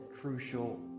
crucial